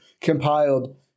compiled